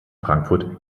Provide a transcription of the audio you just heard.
frankfurt